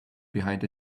behind